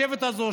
השבט הזה,